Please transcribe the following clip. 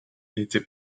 était